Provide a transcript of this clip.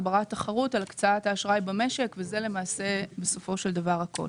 הגברת תחרות על הקצאת האשראי במשק וזה למעשה בסופו של דבר הכול.